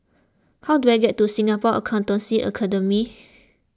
how do I get to Singapore Accountancy Academy